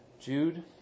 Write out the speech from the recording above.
Jude